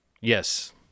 yes